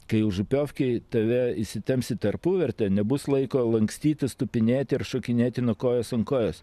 kai užupiovkėj tave įsitemps į tarpuvartę nebus laiko lankstytis tupinėti ir šokinėti nuo kojos ant kojos